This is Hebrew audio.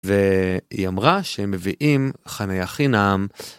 והיא אמרה שהם מביאים חניה חינם.